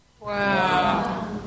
Wow